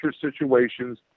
situations